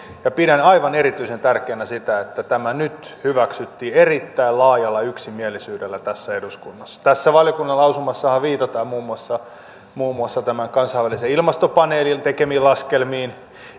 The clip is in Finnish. ja pidän aivan erityisen tärkeänä sitä että tämä nyt hyväksyttiin erittäin laajalla yksimielisyydellä tässä eduskunnassa tässä valiokunnan lausumassahan viitataan muun muassa muun muassa kansainvälisen ilmastopaneelin tekemiin laskelmiin